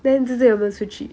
then 你最近有没有出去